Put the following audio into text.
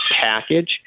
package